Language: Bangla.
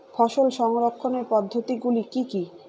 ফসল সংরক্ষণের পদ্ধতিগুলি কি কি?